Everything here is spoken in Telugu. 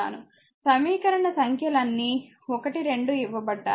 సమీకరణ సంఖ్యలన్నీ 1 2 ఇవ్వబడ్డాయి